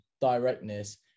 directness